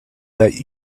that